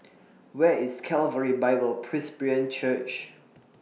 Where IS Calvary Bible Presbyterian Church